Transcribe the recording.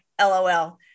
lol